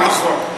לא נכון,